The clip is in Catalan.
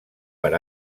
per